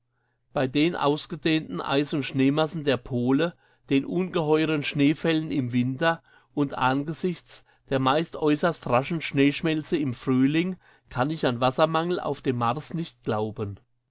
bei den ausgedehnten eis und schneemassen der pole den ungeheuren schneefällen im winter und angesichts der meist äußerst raschen schneeschmelze im frühling kann ich an wassermangel auf dem mars nicht glauben